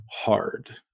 hard